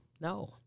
no